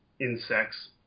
insects